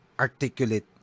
Articulate